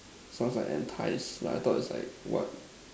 sounds like entice like I thought is like what